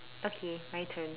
okay my turn